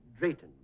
Drayton